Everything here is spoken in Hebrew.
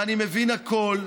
ואני מבין הכול,